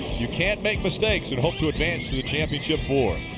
you can't make mistakes and hope to advance to the championship four.